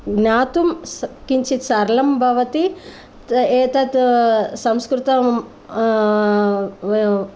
ज्ञातुं किञ्चित् सरलं भवति एतद् संस्कृतं